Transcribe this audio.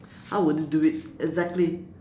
how would they do it exactly